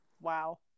wow